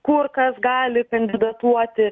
kur kas gali kandidatuoti